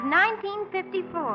1954